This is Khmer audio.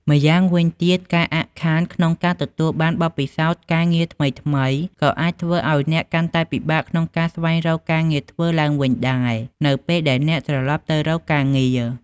ម្យ៉ាងវិញទៀត ការអាក់ខានក្នុងការទទួលបានបទពិសោធន៍ការងារថ្មីៗ ក៏អាចធ្វើឱ្យអ្នកកាន់តែពិបាកក្នុងការស្វែងរកការងារធ្វើឡើងវិញដែរ នៅពេលដែលអ្នកត្រលប់ទៅរកការងារ។